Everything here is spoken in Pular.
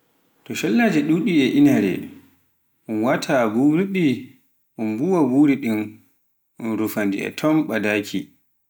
collaaje ɗuɗi e inaare un waata buwirrɗi un mbuuwa, mburri, nden rufaa ndu ton ɓadaaki